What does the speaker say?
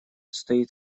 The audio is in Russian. стоит